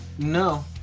No